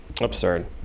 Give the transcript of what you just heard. absurd